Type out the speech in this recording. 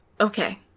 Okay